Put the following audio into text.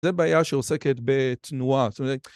זו בעיה שעוסקת בתנועה